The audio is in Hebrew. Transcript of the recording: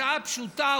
הצעה פשוטה,